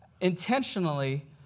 intentionally